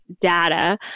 data